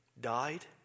died